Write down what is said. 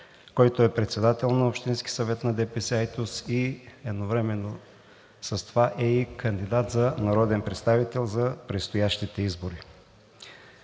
който е председател на Общинския съвет на ДПС – Айтос, и едновременно с това е и кандидат за народен представител за предстоящите избори.